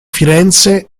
firenze